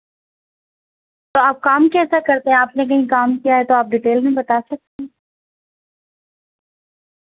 تو آپ کام کیسا کرتے ہیں آپ نے کہیں کام کیا ہے تو آپ ڈیٹیل میں بتا سکتے ہیں